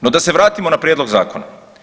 No, da se vratimo na Prijedlog zakona.